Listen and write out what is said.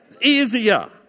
easier